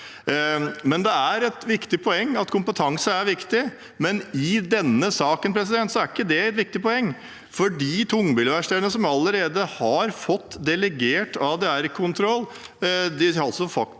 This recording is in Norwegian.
kompetanse er viktig, men i denne saken er ikke det et viktig poeng, for de tungbilverkstedene som allerede har fått delegert ADR-kontroll, har faktisk